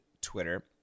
Twitter